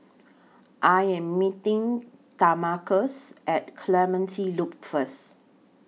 I Am meeting Demarcus At Clementi Loop First